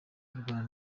arwana